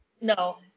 No